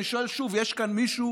אני שואל שוב: יש כאן מישהו